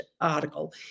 article